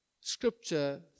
Scripture